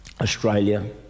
Australia